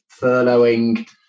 furloughing